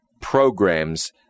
programs